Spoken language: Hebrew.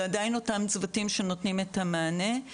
זה עדיין אותם צוותים שנותנים את המענה,